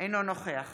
אינו נוכח